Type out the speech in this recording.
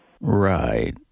Right